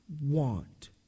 want